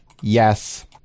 Yes